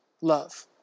love